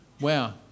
Wow